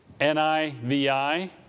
NIVI